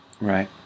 Right